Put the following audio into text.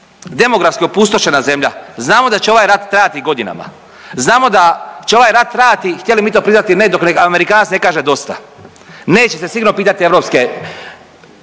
demografski opustošena zemlja, znamo da će ovaj rat trajati godinama, znamo da će ovaj rat trajati htjeli mi to priznati ili ne dok Amerikanac ne kaže dosta, neće se sigurno pitati europske